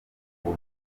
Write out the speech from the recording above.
uwo